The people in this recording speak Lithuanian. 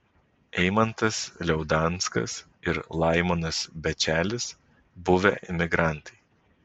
eimantas liaudanskas ir laimonas bečelis buvę emigrantai